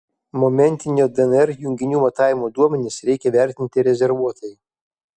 momentinio dnr junginių matavimo duomenis reikia vertinti rezervuotai